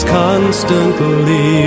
constantly